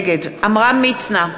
נגד עמרם מצנע,